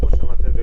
כמו ששמעתם,